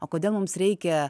o kodėl mums reikia